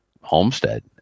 homestead